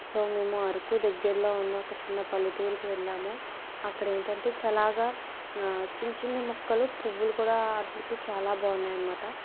so మేము అరకు దగ్గరలో ఉన్న ఒక చిన్న పల్లెటూరికి వెళ్ళాము అక్కడ ఏంటంటే చాలా చిన్న చిన్న ముక్కలు పువ్వులు కూడా వాటికి చాలా బాగున్నాయన్నమాట